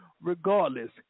regardless